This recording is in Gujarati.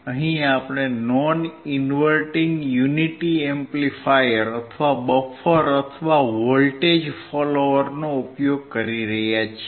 અહીં આપણે નોન ઇન્વર્ટીંગ યુનિટી એમ્પ્લીફાયર અથવા બફર અથવા વોલ્ટેજ ફોલોઅર નો ઉપયોગ કરી રહ્યા છીએ